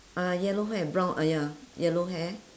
uh yellow hair and brown ah ya yellow hair